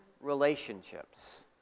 relationships